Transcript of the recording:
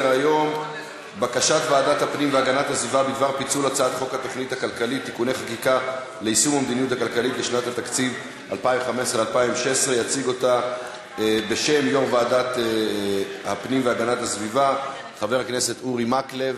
26). חבר הכנסת קרא הצביע בטעות נגד.